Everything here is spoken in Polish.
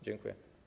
Dziękuję.